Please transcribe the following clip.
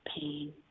pain